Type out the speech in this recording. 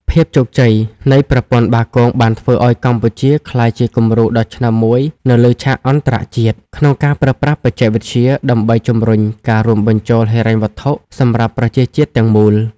ភាពជោគជ័យនៃប្រព័ន្ធបាគងបានធ្វើឱ្យកម្ពុជាក្លាយជាគំរូដ៏ឆ្នើមមួយនៅលើឆាកអន្តរជាតិ ក្នុងការប្រើប្រាស់បច្ចេកវិទ្យាដើម្បីជម្រុញការរួមបញ្ចូលហិរញ្ញវត្ថុសម្រាប់ប្រជាជាតិទាំងមូល។